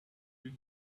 you